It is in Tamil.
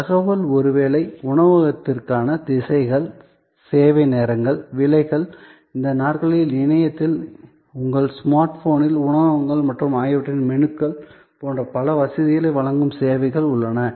தகவல் ஒருவேளை உணவகத்திற்கான திசைகள் சேவை நேரங்கள் விலைகள் இந்த நாட்களில் இணையத்தில் உங்கள் ஸ்மார்ட் போனில் உணவகங்கள் மற்றும் அவற்றின் மெனுக்கள் போன்ற பல வசதிகளை வழங்கும் சேவைகள் உள்ளன